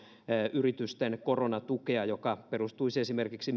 yritysten koronatukea joka perustuisi esimerkiksi